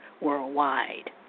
worldwide